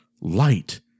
light